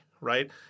right